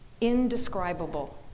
indescribable